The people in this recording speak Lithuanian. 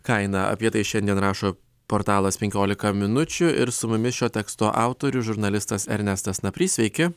kainą apie tai šiandien rašo portalas penkiolika minučių ir su mumis šio teksto autorius žurnalistas ernestas naprys sveiki